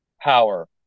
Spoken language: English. power